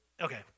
Okay